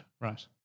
Right